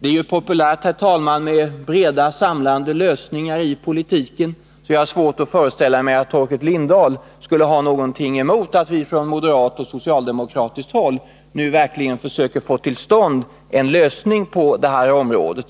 Det är populärt, herr talman, med breda samlande lösningar i politiken, så jag har svårt att föreställa mig att Torkel Lindahl skulle ha någonting emot att vi från moderat och socialdemokratiskt håll nu verkligen försöker att få till stånd en lösning på detta område.